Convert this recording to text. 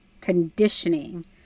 conditioning